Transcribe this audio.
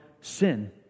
sin